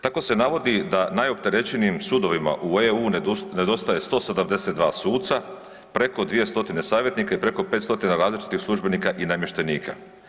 Tako se navodi da najopterećenijim sudovima u EU nedostaje 172 suca, preko 200 savjetnika i preko 500 različitih službenika i namještenika.